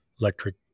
electric